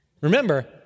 Remember